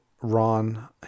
Ron